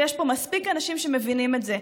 ויש פה מספיק אנשים שמבינים את זה.